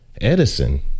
Edison